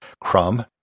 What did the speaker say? Crumb